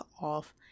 off